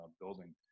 building